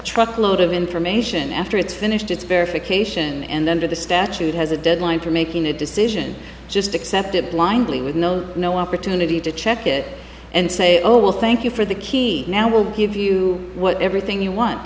truckload of information after it's finished its verification and under the statute has a deadline for making a decision just accept it blindly with no no opportunity to check it and say oh well thank you for the key now will give you what everything you want